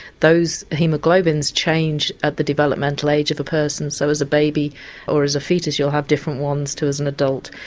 those haemoglobins change at the developmental age of a person, so as a baby or as a foetus you'll have different ones to an adult.